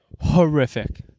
horrific